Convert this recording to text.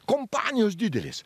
kompanijos didelės